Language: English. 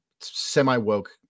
semi-woke